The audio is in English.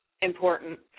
important